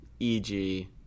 EG